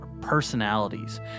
personalities